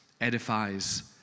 edifies